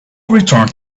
returned